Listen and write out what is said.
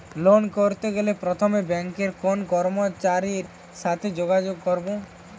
Loan করতে গেলে প্রথমে ব্যাঙ্কের কোন কর্মচারীর সাথে যোগাযোগ করব?